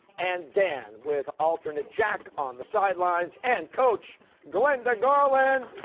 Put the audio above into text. and dan, with alternate jack on the sidelines and coach glenda garland.